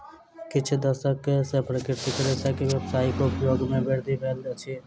किछ दशक सॅ प्राकृतिक रेशा के व्यावसायिक उपयोग मे वृद्धि भेल अछि